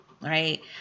right